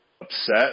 Upset